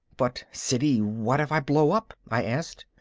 but siddy, what if i blow up? i asked.